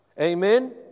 Amen